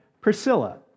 Priscilla